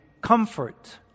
comfort